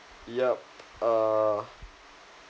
yup uh